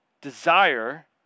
desire